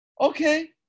Okay